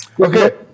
Okay